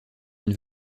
une